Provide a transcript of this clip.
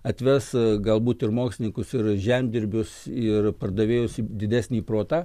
atves galbūt ir mokslininkus ir žemdirbius ir pardavėjus į didesnį protą